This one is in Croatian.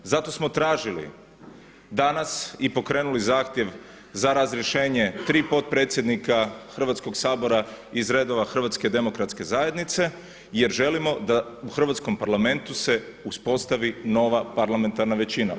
Zato smo tražili danas i pokrenuli zahtjev za razrješenje 3 potpredsjednika Hrvatskoga sabora iz redova HDZ-a jer želimo da u Hrvatskom parlamentu se uspostavi nova parlamentarna većina.